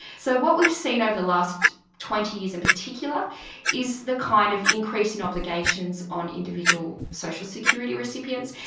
so what we've seen over the last twenty years in particular is the kind of increase in obligations on individual social security recipients,